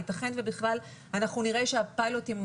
ייתכן שבכלל אנחנו נראה שהפיילוטים,